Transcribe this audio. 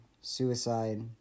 suicide